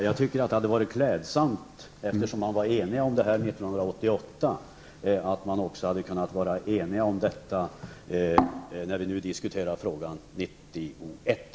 Eftersom vi var eniga om detta 1988, hade det varit klädsamt om vi också kunde vara eniga när vi nu diskuterar frågan 1991.